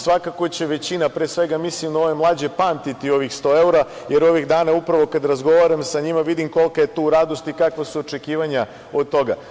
Svakako će većina, pre svega mislim na ove mlađe, pamtiti ovih 100 evra, jer ovih dana upravo kada razgovaram sa njima vidim kolika je tu radost i kakva su očekivanja od toga.